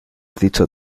dicho